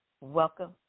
Welcome